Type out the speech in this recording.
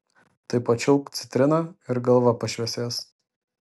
tai pačiulpk citriną ir galva pašviesės